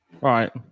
right